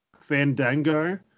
Fandango